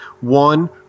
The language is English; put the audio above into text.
One